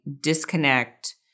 disconnect